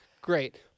Great